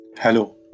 Hello